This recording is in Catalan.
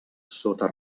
sota